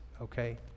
okay